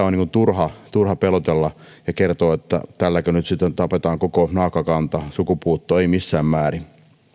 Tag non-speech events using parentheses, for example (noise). (unintelligible) on turha turha pelotella ja kertoa että tällä nyt sitten tapetaan koko naakkakanta sukupuuttoon ei missään määrin